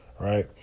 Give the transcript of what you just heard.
Right